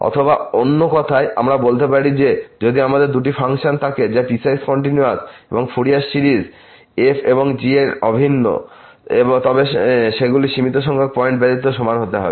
অথবা অন্য কথায় আমরা বলতে পারি যে যদি আমাদের দুটি ফাংশন থাকে যা পিসওয়াইস কন্টিনিউয়াস এবংফুরিয়ার সিরিজ f এবং g এর অভিন্ন তবে সেগুলি সীমিত সংখ্যক পয়েন্ট ব্যতীত সমান হতে হবে